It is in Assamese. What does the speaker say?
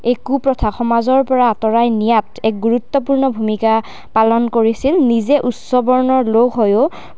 এই কু প্ৰথা সমাজৰ পৰা আঁতৰাই নিয়াত এক গুৰুত্বপূৰ্ণ ভূমিকা পালন কৰিছিল নিজে উচ্চ বৰ্ণৰ লোক হৈও